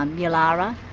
um yalara,